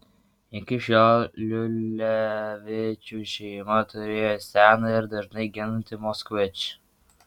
iki šiol liulevičių šeima turėjo seną ir dažnai gendantį moskvič